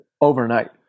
overnight